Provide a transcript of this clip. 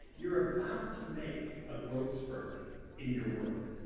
you're about to make a growth spurt in your work.